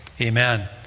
Amen